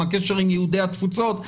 הקשר עם יהודי התפוצות,